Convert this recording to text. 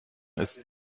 ist